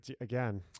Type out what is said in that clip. again